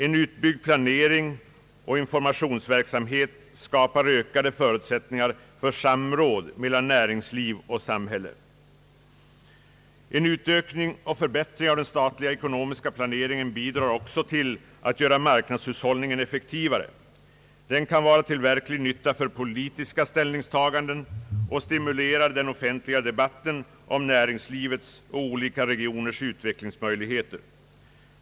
En utbyggd planering och informationsverksamhet skapar ökade förutsättningar för samråd mellan näringsliv och samhälle. En utökning och förbättring av den statliga ekonomiska planeringen bidrar också till att göra marknadshushållningen effektivare. Den kan vara till verklig nytta för politiska ställningstaganden och stimulera den offentliga debatten om näringslivets och olika regioners utvecklingsmöjligheter.